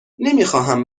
نمیخواهم